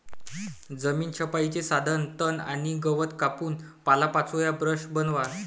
जमीन छपाईचे साधन तण आणि गवत कापून पालापाचोळ्याचा ब्रश बनवा